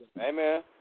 Amen